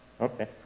Okay